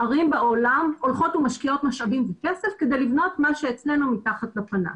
ערים בעולם הולכות ומשקיעות משאבים כדי לבנות מה שאצלנו מתחת לפנס.